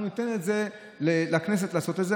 אנחנו ניתן לכנסת לעשות את זה.